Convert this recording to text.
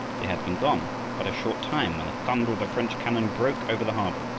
they had been gone but a short time when the thunder of the french cannon broke over the harbor.